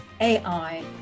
AI